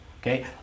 Okay